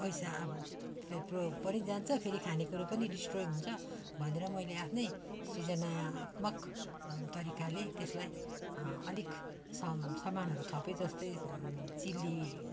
पैसा अब त्यत्रो परिजान्छ फेरि खाने कुरो पनि डेस्ट्रोय हुन्छ भनेर मैले आफ्नो सृजनात्मक तरिकाले त्यसलाई अलिक सम सामानहरू थपेँ जस्तै चिल्ली